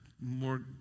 More